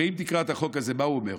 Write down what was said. הרי אם תקרא את החוק הזה, מה הוא אומר?